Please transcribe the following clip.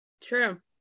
True